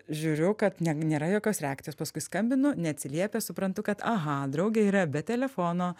žiūriu kad ne nėra jokios reakcijos paskui skambinu neatsiliepia suprantu kad aha draugė yra be telefono